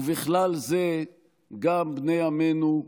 ובכלל זה בני עמנו,